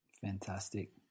Fantastic